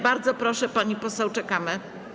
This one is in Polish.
Bardzo proszę, pani poseł, czekamy.